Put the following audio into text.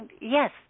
yes